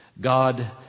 God